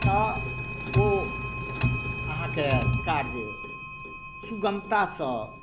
तऽ ओ अहाँकेँ कार्य सुगमतासँ